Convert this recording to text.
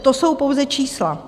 To jsou pouze čísla.